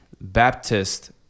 Baptist